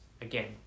Again